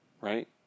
right